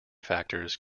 factors